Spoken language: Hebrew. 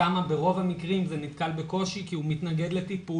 שם ברוב המקרים זה נתקל בקושי כי הוא מתנגד לטיפול,